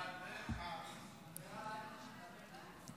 ההצעה להעביר את הצעת חוק לתיקון פקודת בתי הסוהר